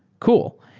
cool.